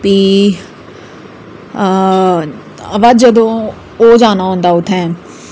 फ्ही हां अबा जदूं ओह् ओह् जाना होंदा उत्थै